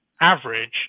average